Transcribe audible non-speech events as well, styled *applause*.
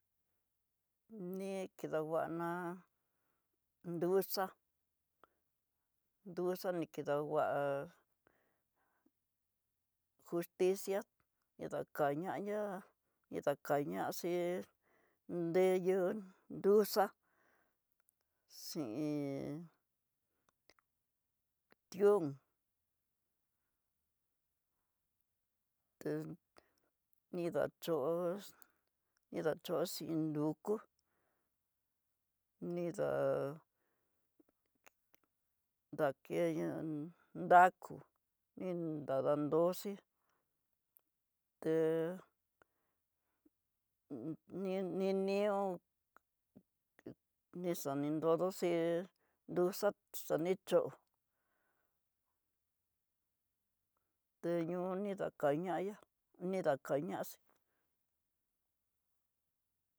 Né kidanguana nduzáa duzáa ni kida ngua, justicia ni kida ká ñaña ni dá ka ñaxii nduyun duxá si he tión té nidaxhox, nidaxhox xin nrukú nindá keyán nrakú iin dada ndoxí té *hesitation* ninió ni xa ni nrodoxi nduxá xa ni cho'o te ñó ni ndakañaya ni dakañaxí.